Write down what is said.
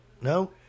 no